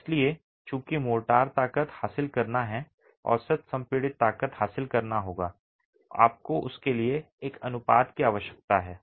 और इसलिए चूंकि मोर्टार ताकत हासिल करनी है औसत संपीड़ित ताकत हासिल करनी होगी आपको उसके लिए एक अनुपात की आवश्यकता है